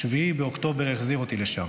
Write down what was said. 7 באוקטובר החזיר אותי לשם.